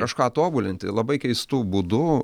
kažką tobulinti labai keistu būdu